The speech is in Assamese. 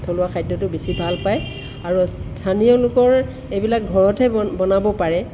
থলুৱা খাদ্যটো বেছি ভাল পায় আৰু স্থানীয় লোকৰ এইবিলাক ঘৰতহে ব বনাব পাৰে